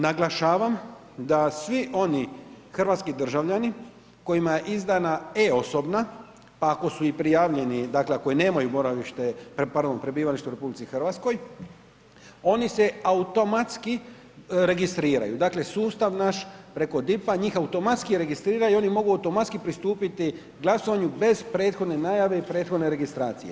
Naglašavam da svi oni hrvatski državljani kojima je izdana e-osobna ako su i prijavljeni, dakle, koji nemaju boravište, pardon prebivalište u RH, oni se automatski registriraju, dakle, sustav naš preko DIP-a, njih automatski registriraju i oni mogu automatski pristupiti glasovanju bez prethodne najave i prethodne registracije.